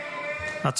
לא